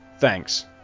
Thanks